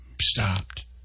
stopped